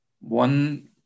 one